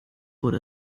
wurde